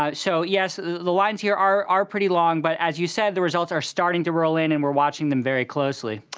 um so, yes, the lines here are are pretty long, but, as you said, the results are starting to roll in. and we're watching them very closely.